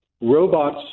robots